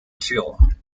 cure